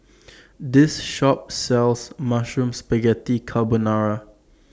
This Shop sells Mushroom Spaghetti Carbonara